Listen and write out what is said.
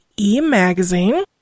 e-magazine